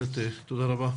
תודה רבה.